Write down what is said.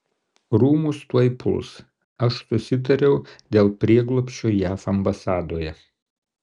rūmus tuoj puls aš susitariau dėl prieglobsčio jav ambasadoje